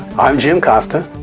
i'm jim costa.